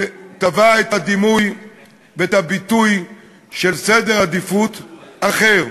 שטבע את הדימוי ואת הביטוי של סדר עדיפויות אחר,